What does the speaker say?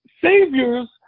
saviors